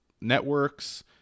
networks